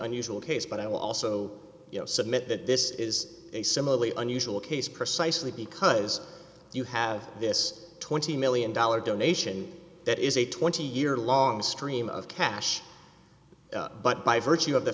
unusual case but i will also submit that this is a similarly unusual case precisely because you have this twenty million dollars donation that is a twenty year long stream of cash but by virtue of the